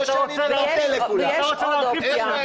ויש עוד אופציה.